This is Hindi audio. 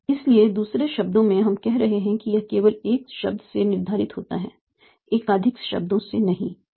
इसलिए दूसरे शब्दों में हम कह रहे हैं कि यह केवल एक शब्द से निर्धारित होता है एकाधिक शब्दों से नहीं